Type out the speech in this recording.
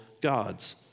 gods